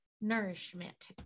nourishment